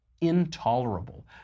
intolerable